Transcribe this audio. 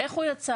איך הוא יצא,